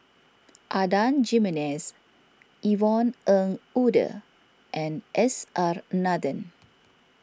Adan Jimenez Yvonne Ng Uhde and S R Nathan